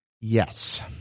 Yes